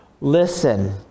listen